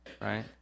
Right